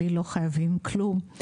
לי לא חייבים כלום.